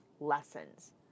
lessons